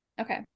okay